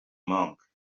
monk